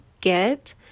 get